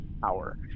power